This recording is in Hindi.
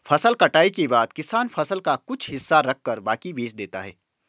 फसल कटाई के बाद किसान फसल का कुछ हिस्सा रखकर बाकी बेच देता है